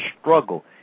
struggle